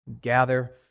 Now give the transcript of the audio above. Gather